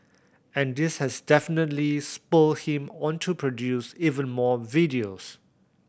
and this has definitely spurred him on to produce even more videos